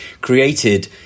created